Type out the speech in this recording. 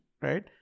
Right